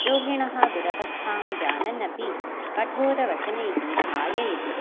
रोगिणः दूरवस्थां जानन् अपि कठोरवचनैः भाययति